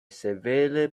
severe